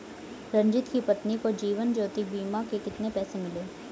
रंजित की पत्नी को जीवन ज्योति बीमा के कितने पैसे मिले?